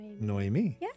Noemi